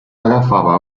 agafava